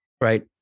Right